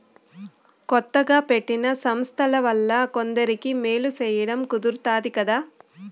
కొత్తగా పెట్టిన సంస్థల వలన కొందరికి మేలు సేయడం కుదురుతాది కదా